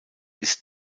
ist